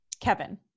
Kevin